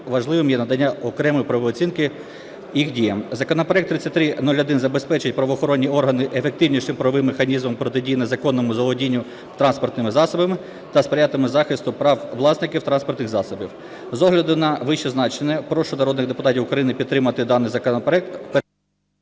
важливим є надання окремої правової оцінки їх діям. Законопроект 3301 забезпечить правоохоронні органи ефективнішим правовим механізмом протидії незаконному заволодінню транспортними засобами та сприятиме захисту прав власників транспортних засобів. З огляду на вищезазначене, прошу народних депутатів України підтримати даний законопроект…